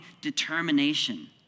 determination